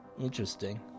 Interesting